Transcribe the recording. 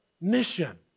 mission